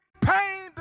pain